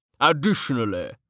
Additionally